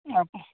ଆଉ କ'ଣ